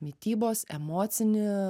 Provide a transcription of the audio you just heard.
mitybos emocinį